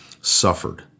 suffered